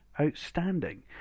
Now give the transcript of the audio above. outstanding